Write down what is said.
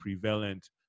prevalent